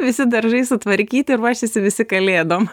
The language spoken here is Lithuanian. visi daržai sutvarkyti ruošiasi visi kalėdom